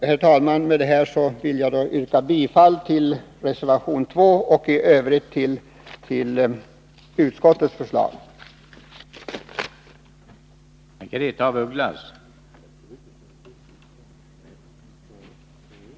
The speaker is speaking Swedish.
Herr talman! Med detta vill jag yrka bifall till reservation 2 och i övrigt till utskottets hemställan.